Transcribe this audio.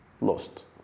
lost